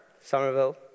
Somerville